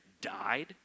died